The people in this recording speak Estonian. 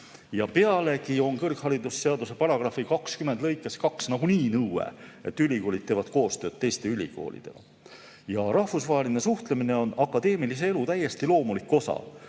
Pealegi on kõrgharidusseaduse § 20 lõikes 2 nagunii nõue, et ülikoolid teevad koostööd teiste ülikoolidega. Rahvusvaheline suhtlemine on akadeemilise elu täiesti loomulik osa.